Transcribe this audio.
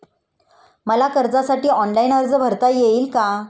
मला कर्जासाठी ऑनलाइन अर्ज भरता येईल का?